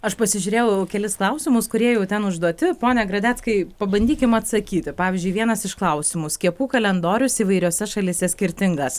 aš pasižiūrėjau kelis klausimus kurie jau ten užduoti pone gradeckai pabandykim atsakyti pavyzdžiui vienas iš klausimų skiepų kalendorius įvairiose šalyse skirtingas